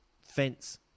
fence